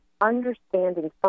understanding